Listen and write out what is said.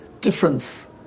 difference